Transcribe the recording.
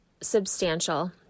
substantial